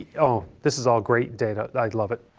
yeah oh this is all great data, i love it.